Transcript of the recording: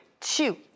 two